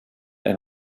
and